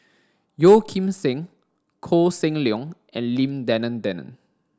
Yeo Kim Seng Koh Seng Leong and Lim Denan Denon